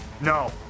no